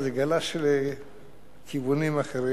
וזה גלש לכיוונים אחרים.